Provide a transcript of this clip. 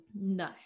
no